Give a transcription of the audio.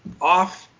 off